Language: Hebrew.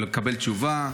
ולקבל תשובה,